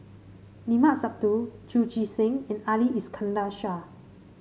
Limat Sabtu Chu Chee Seng and Ali Iskandar Shah